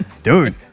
Dude